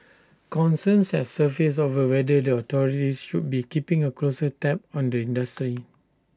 concerns have surfaced over whether the authorities should be keeping A closer tab on the industry